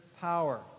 power